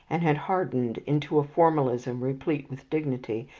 and had hardened into a formalism, replete with dignity,